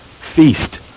feast